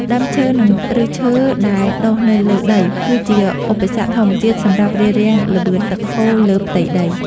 ដើមឈើ និង ឫសឈើដែលដុះនៅលើដី គឺជាឧបសគ្គធម្មជាតិសម្រាប់រារាំងល្បឿនទឹកហូរលើផ្ទៃដី។